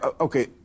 Okay